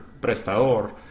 prestador